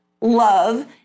love